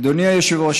אדוני היושב-ראש,